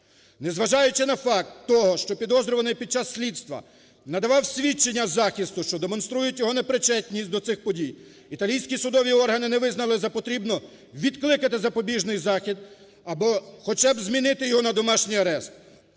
Не зважаючи на факт того, що підозрюваний під час слідства надавав свідчення захисту, що демонструють його непричетність до цих подій, італійські судові органи не визнали за потрібне відкликати запобіжний захід або хоча б змінити його на домашній арешт.